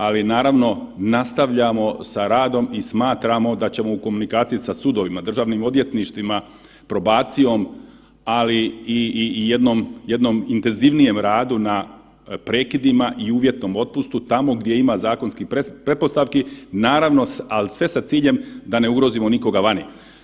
Ali naravno nastavljamo sa radom i smatramo da ćemo u komunikaciji sa sudovima, državnim odvjetništvima, probacijom, ali i jednom intenzivnijem radu na prekidima i uvjetnom otpustu tamo gdje ima zakonskih pretpostavki, naravno sve sa ciljem da ne ugrozimo nikoga vani.